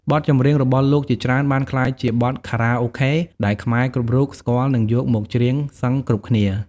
បទចម្រៀងរបស់លោកជាច្រើនបានក្លាយជាបទខារ៉ាអូខេដែលខ្មែរគ្រប់រូបស្គាល់និងយកមកច្រៀងសឹងគ្រប់គ្នា។